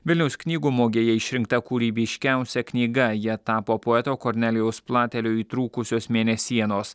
vilniaus knygų mugėje išrinkta kūrybiškiausia knyga ja tapo poeto kornelijaus platelio įtrūkusios mėnesienos